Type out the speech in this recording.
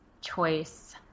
choice